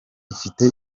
ifite